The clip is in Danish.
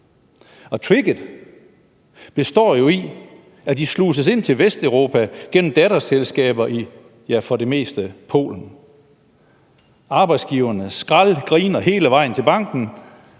Tricket består jo i, at de sluses ind til Vesteuropa gennem datterselskaber i for det meste Polen. Arbejdsgiverne skraldgriner hele vejen til banken,